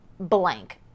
blank